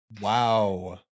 wow